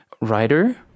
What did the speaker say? writer